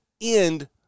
end